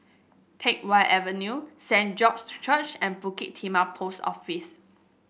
Teck Whye Avenue Saint George's Church and Bukit Timah Post Office